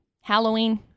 Halloween